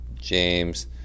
James